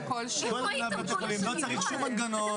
לא צריך שום מנגנון,